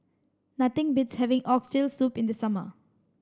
nothing beats having oxtail soup in the summer